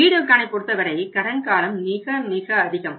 வீடியோகானை பொறுத்தவரை கடன் காலம் மிக மிக அதிகம்